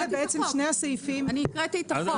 אני הקראתי את החוק.